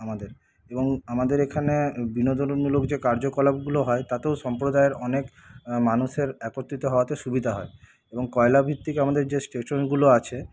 আমাদের এবং আমাদের এখানে বিনোদনমূলক যে কার্যকলাপগুলো হয় তাতেও সম্প্রদায়ের অনেক মানুষের একত্রিত হওয়াতে সুবিধা হয় এবং কয়লাভিত্তিক আমাদের যে স্টেশনগুলো আছে